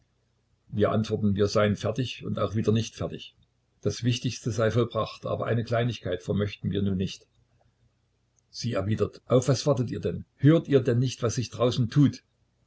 wir antworten wir seien fertig und auch wieder nicht fertig das wichtige sei vollbracht aber eine kleinigkeit vermöchten wir nun nicht sie erwidert auf was wartet ihr denn hört ihr denn nicht was sich draußen tut